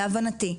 להבנתי.